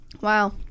Wow